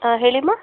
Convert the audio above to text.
ಹಾಂ ಹೇಳಿಮ್ಮ